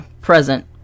present